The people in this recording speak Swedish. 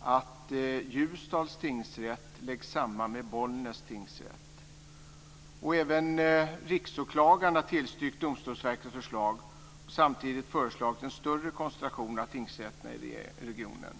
att Ljusdals tingsrätt läggs samman med Bollnäs tingsrätt. Även Riksåklagaren har tillstyrkt Domstolsverkets förslag och samtidigt föreslagit en större konstellation av tingsrätterna i regionen.